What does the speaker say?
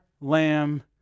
lamb